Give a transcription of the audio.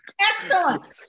Excellent